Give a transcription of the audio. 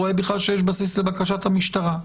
רואה שיש בסיס לבקשת המשטרה.